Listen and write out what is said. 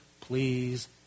please